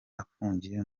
afungiye